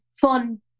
fun